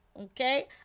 okay